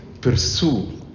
pursue